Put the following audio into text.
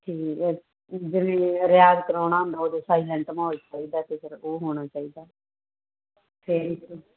ਜੀ ਜਿਵੇਂ ਰਿਆਜ਼ ਕਰਾਉਣਾ ਹੁੰਦਾ ਉਦੋਂ ਸਾਈਲੈਂਟ ਮਾਹੌਲ ਚਾਹੀਦਾ ਅਤੇ ਫਿਰ ਉਹ ਹੋਣਾ ਚਾਹੀਦਾ ਅਤੇ